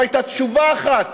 לא הייתה תשובה אחת